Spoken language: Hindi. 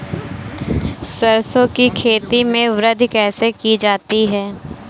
सरसो की खेती में वृद्धि कैसे की जाती है?